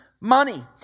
money